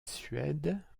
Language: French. suède